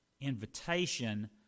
invitation